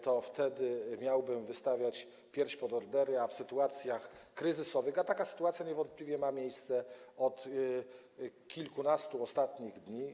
To wtedy miałbym wystawiać pierś do orderów, a w sytuacjach kryzysowych, a taka sytuacja niewątpliwie ma miejsce od kilkunastu dni.